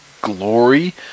glory